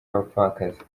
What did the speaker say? abapfakazi